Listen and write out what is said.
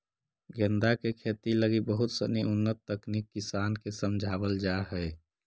गेंदा के खेती लगी बहुत सनी उन्नत तकनीक किसान के समझावल जा हइ